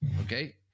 okay